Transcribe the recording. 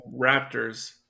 Raptors